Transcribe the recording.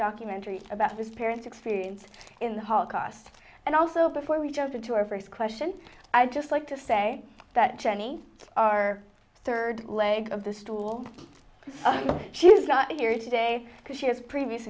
documentary about his parents experience in the holocaust and also before we jump into our first question i'd just like to say that jenny our third leg of the storm she's not here today because she has previous